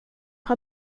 har